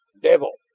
devil!